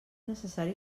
necessari